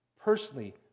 Personally